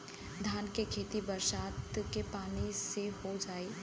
धान के खेती बरसात के पानी से हो जाई?